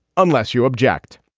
unless you object